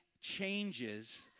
changes